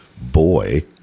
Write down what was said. boy